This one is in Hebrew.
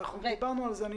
דיברנו על זה.